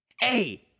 Hey